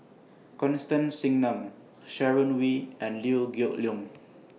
Constance Singam Sharon Wee and Liew Geok Leong